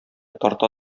тарта